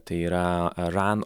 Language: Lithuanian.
tai yra eran